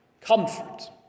Comfort